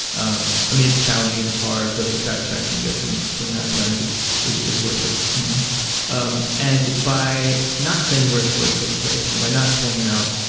um i mean, it's challenging, and it's hard. but the satisfaction you get from from having done it is is worth it, you know um and by not saying where stories take place and by not pointing out,